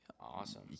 Awesome